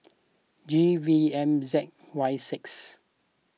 G V M Z Y six